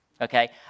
Okay